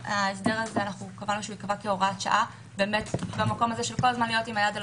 ההסדר הזה ייקבע כהוראת שעה מהמקום הזה של כל הזמן להיות עם יד על